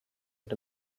und